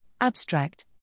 Abstract